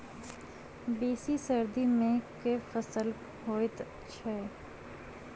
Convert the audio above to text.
बेसी सर्दी मे केँ फसल होइ छै?